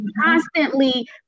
constantly